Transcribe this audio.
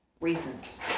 reasons